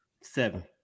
Seven